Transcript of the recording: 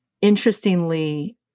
interestingly